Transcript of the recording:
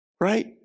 right